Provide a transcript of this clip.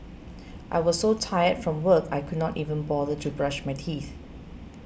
I was so tired from work I could not even bother to brush my teeth